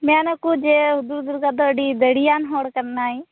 ᱢᱮᱱᱟᱠᱚ ᱡᱮ ᱦᱩᱫᱩᱲᱫᱩᱨᱜᱟᱹ ᱫᱚ ᱟ ᱰᱤ ᱫᱟᱲᱮᱭᱟᱱ ᱦᱚᱲ ᱠᱟᱱᱟᱭ